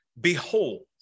behold